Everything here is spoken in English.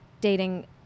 dating